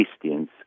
Christians